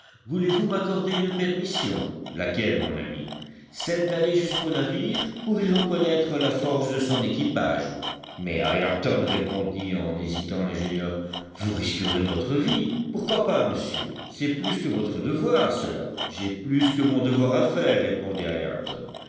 voulez-vous m'accorder une permission laquelle mon ami celle d'aller jusqu'au navire pour y reconnaître la force de son équipage mais ayrton répondit en hésitant l'ingénieur vous risquerez votre vie pourquoi pas monsieur c'est plus que votre devoir cela j'ai plus que mon devoir à faire répondit